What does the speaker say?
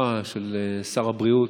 הבטחה של שר הבריאות,